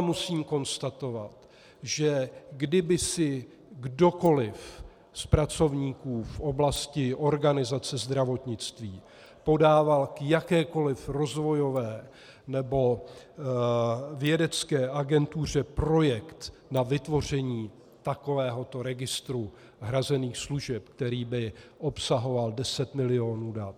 Musím znova konstatovat, že kdyby si kdokoli z pracovníků v oblasti organizace zdravotnictví podával k jakékoli rozvojové nebo vědecké agentuře projekt na vytvoření takovéhoto registru hrazených služeb, který by obsahoval deset milionů dat,